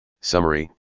summary